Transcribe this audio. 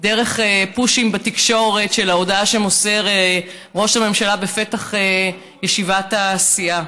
דרך "פושים" בתקשורת של ההודעה שמוסר ראש הממשלה בפתח ישיבת הסיעה.